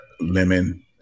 lemon